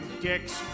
dicks